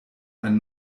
ein